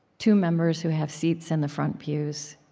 two members who have seats in the front pews.